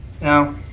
Now